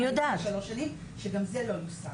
אנחנו מדברים על לפני שלוש שנים, שגם זה לא יושם.